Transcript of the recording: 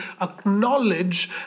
acknowledge